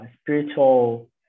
spiritual